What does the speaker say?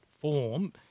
form